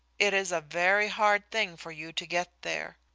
it is a very hard thing for you to get there.